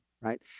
right